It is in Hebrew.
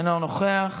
אינו נוכח.